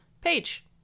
page